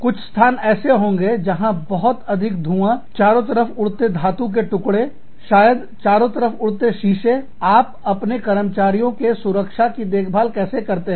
कुछ स्थान ऐसे होंगे जहां बहुत अधिक धुआं चारों तरफ उड़ते धातु के टुकड़े शायद चारों तरफ उड़ते शीशे आप अपने कर्मचारियों के सुरक्षा की देखभाल कैसे करते हैं